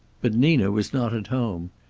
but nina was not at home.